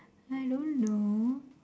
I don't know